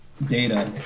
data